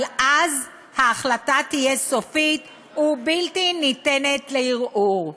אבל אז ההחלטה תהיה סופית ובלתי ניתנת לערעור.